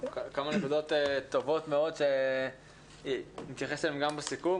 העלית כמה נקודות טובות מאוד שנתייחס אליהן בסיכום.